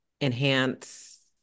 enhance